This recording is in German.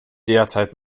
derzeit